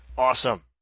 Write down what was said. Awesome